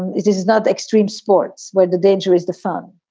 it is is not extreme sports where the danger is the fun.